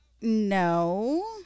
no